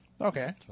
Okay